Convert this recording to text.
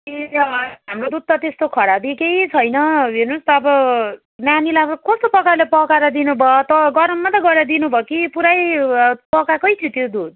ए हवस् हाम्रो दुध त त्यस्तो खराबी केही छैन हेर्नुहोस् अब नानीलाई वा कस्तो प्रकारले पकाएर दिनुभयो त गरम मात्रै गरेर दिनुभयो कि पुरै पकाएकै थियो त्यो दुध